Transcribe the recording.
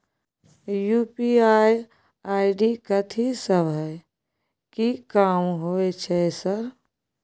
UPI ID कथि सब हय कि काम होय छय सर?